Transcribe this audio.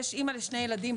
יש אמא לשני ילדים,